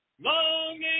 longing